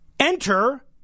Enter